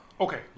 okay